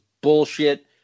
bullshit